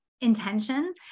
intention